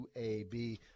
UAB